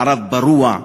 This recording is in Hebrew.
מערב פרוע,